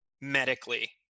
medically